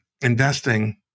investing